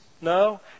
No